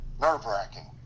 nerve-wracking